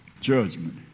Judgment